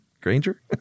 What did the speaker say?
Granger